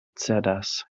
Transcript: cedas